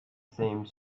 same